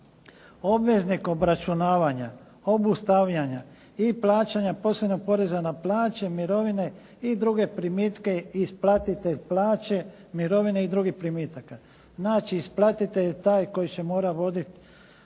Obveznik obračunavanja, obustavljanja i plaćanja posebnog poreza na plaće, mirovine i druge primitke, isplatitelj plaće, mirovine i drugih primitaka. Znači, isplatitelj je taj koji će morat vodit